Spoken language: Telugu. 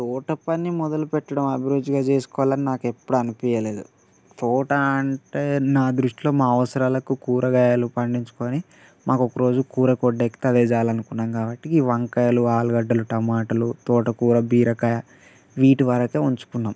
తోటపని మొదలుపెట్టడం అభిరుచిగా చేసుకోవాలని నాకెప్పుడూ అనిపీయలేదు తోట అంటే నా దృష్టిలో మా అవసరాలకు కూరగాయలు పండించుకొని మాకొకరోజు కూరకు ఒడ్డెక్కితే అదే చాలనుకున్నాం కాబట్టి ఈ వంకాయలు ఆలుగడ్డలు టామాటలు తోటకూర బీరకాయ వీటివరకే ఉంచుకున్నాం